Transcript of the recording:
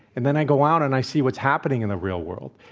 and then i go out and i see what's happening in the real world.